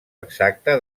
exacta